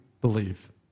believe